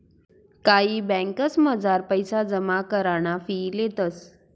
कायी ब्यांकसमझार पैसा जमा कराना फी लेतंस